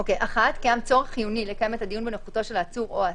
(1)קיים צורך חיוני לקיים את הדיון בנוכחותו של העצור או האסיר,